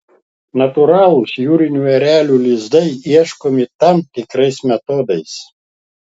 natūralūs jūrinių erelių lizdai ieškomi tam tikrais metodais